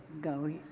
go